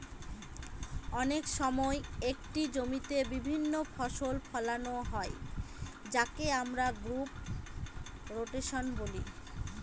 অনেক সময় একটি জমিতে বিভিন্ন ফসল ফোলানো হয় যাকে আমরা ক্রপ রোটেশন বলি